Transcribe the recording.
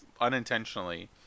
unintentionally